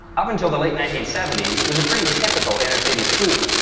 up until the late nineteen seventy s, it was a pretty typical inner city school.